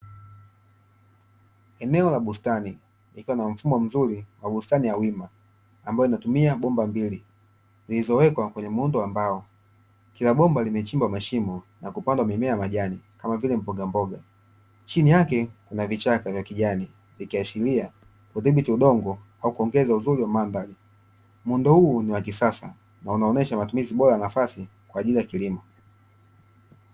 Eneo la bustani likiwa na mfumo mzuri wa bustani ya wima, ambalo linatumia bomba mbili zilizowekwa kwenye muundo ambao kila bomba limechimbwa mashimo na kupanda mimea ya majani, kama vilembogamboga chini yake kuna vichaka vya kijani vikiashiria kudhibiti udongo au kuongeza uzuri wa mandhari, muundo huu ni wakisasa na unaonesha matumizi bora ya nafasi kwaajili ya kilimo.